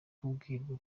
kubwirwa